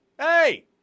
Hey